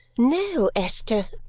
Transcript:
no, esther!